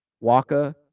Waka